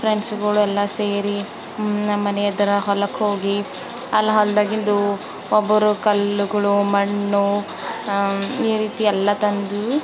ಫ್ರೆಂಡ್ಸ್ಗಳೆಲ್ಲ ಸೇರಿ ನಮ್ಮನೆ ಎದ್ರು ಹೊಲಕ್ಕೆ ಹೋಗಿ ಅಲ್ಲಿ ಹೊಲದಾಗಿಂದು ಒಬ್ಬರು ಕಲ್ಗಳು ಮಣ್ಣು ಈ ರೀತಿ ಎಲ್ಲ ತಂದು